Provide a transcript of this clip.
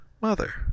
Mother